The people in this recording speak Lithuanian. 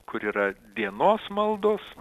kur yra dienos maldos